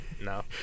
No